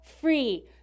free